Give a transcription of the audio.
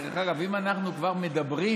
דרך אגב, אם אנחנו כבר מדברים,